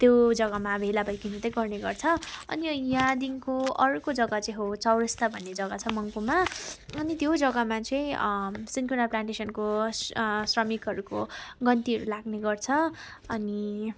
त्यो जग्गामा अब भेला भइकन चाहिँ गर्ने गर्छ अनि यहाँदेखिनको अर्को जग्गामा चाहिँ हो चौरस्ता भन्ने जग्गा छ मङ्पुमा अनि त्यो जग्गामा चाहिँ सिनकोना प्लानटेसनको स्रमिकहरूको गन्तीहरू लाग्ने गर्छ अनि